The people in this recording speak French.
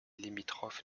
limitrophe